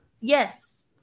Yes